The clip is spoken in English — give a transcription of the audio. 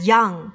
Young